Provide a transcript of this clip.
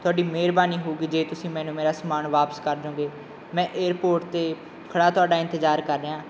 ਤੁਹਾਡੀ ਮਿਹਰਬਾਨੀ ਹੋਵੇਗੀ ਜੇ ਤੁਸੀਂ ਮੈਨੂੰ ਮੇਰਾ ਸਮਾਨ ਵਾਪਸ ਕਰ ਦੋਗੇ ਮੈਂ ਏਅਰਪੋਰਟ 'ਤੇ ਖੜ੍ਹਾ ਤੁਹਾਡਾ ਇੰਤਜ਼ਾਰ ਕਰ ਰਿਹਾਂ